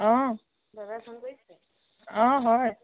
অঁ অঁ হয়